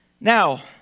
Now